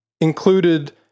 included